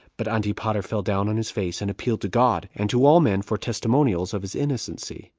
but antipater fell down on his face, and appealed to god and to all men for testimonials of his innocency,